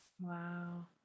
Wow